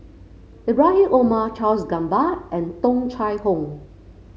Ibrahim Omar Charles Gamba and Tung Chye Hong